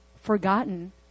forgotten